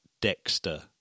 Dexter